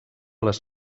les